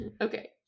Okay